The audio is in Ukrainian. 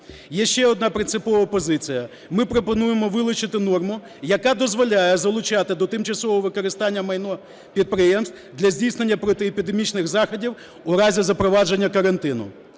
Є ще одна принципова позиція. Ми пропонуємо вилучити норму, яка дозволяє залучати до тимчасового використання майно підприємств для здійснення протиепідемічних заходів у разі запровадження карантину.